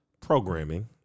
Programming